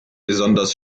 besonders